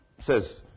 says